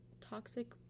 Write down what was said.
toxic